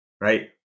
right